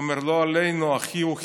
הוא אומר: לא עלינו, אחי הוא חירש,